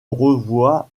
revoit